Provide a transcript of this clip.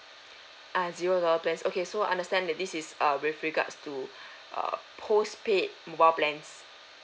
ah zero dollars plans okay so understand that this is uh with regards to uh postpaid mobile plans